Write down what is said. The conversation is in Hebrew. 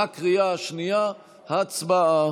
בקריאה השנייה, הצבעה.